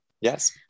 yes